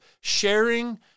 sharing